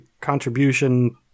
contribution